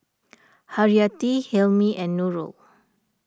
Haryati Hilmi and Nurul